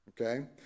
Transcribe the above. okay